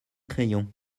crayon